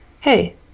Hey